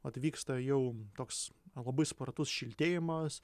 atvyksta jau toks labai spartus šiltėjimas